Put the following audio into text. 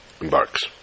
embarks